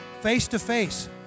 face-to-face